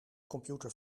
computer